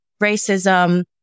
racism